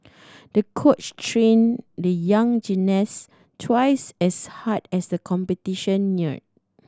the coach trained the young gymnast twice as hard as the competition neared